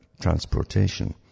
transportation